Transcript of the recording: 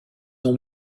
ont